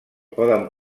poden